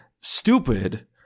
stupid